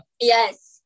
yes